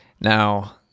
Now